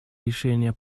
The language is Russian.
решение